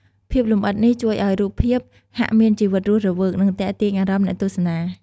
ភាពលម្អិតនេះជួយឱ្យរូបភាពហាកមានជីវិតរស់រវើក និងទាក់ទាញអារម្មណ៍អ្នកទស្សនា ។